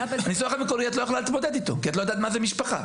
את לא יכולה להתמודד איתו כי את לא יודעת מה זה משפחה.